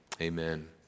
Amen